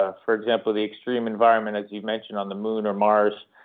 ah for example, the extreme environment, as you mentioned, on the moon or mars,